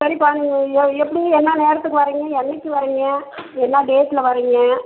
சரிப்பா நீங்கள் ய எப்படி என்ன நேரத்துக்கு வரிங்க என்னைக்கு வரிங்க என்ன டேட்டில் வரிங்க